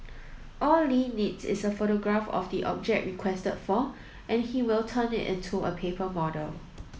all Li needs is a photograph of the object requested for and he will turn it into a paper model